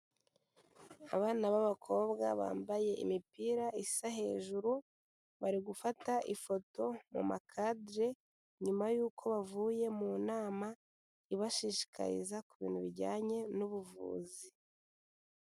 Abana b'abakobwa bambaye imipira isa hejuru, bari gufata ifoto mu ma cadire, nyuma y'uko bavuye mu nama, ibashishikariza ku bintu bijyanye n'ubuvuzi.